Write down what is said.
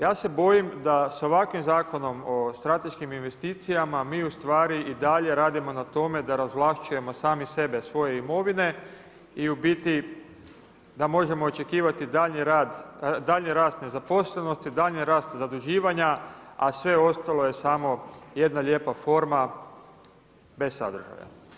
Ja se bojim da s ovakvim Zakonom o strateškim investicijama, mi ustvari i dalje radimo na tome, da razvlašćujemo sami sebe, svoje imovine i u biti da možemo očekivati daljnji rast nezaposlenosti, daljnji rad zaduživanja, a sve ostalo je samo jedna lijepa forma bez sadržaja.